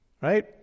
right